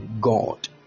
god